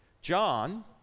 John